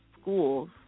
schools